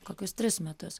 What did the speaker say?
kokius tris metus